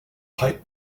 pipe